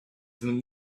them